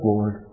Lord